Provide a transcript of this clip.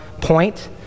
point